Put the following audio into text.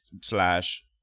slash